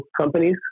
companies